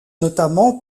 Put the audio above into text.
notamment